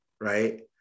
right